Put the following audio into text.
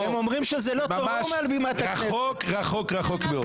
זה ממש רחוק רחוק רחוק מאוד.